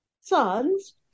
sons